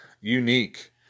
unique